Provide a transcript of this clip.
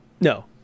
no